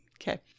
Okay